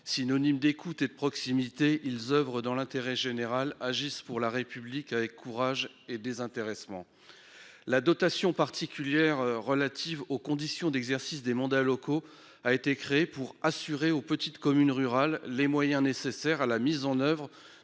Symbolisant l'écoute et la proximité, ils oeuvrent dans l'intérêt général et agissent pour la République avec courage et désintéressement. La dotation particulière relative aux conditions d'exercice des mandats locaux (DPEL) a été créée pour assurer aux petites communes rurales les moyens nécessaires à la mise en oeuvre